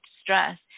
stress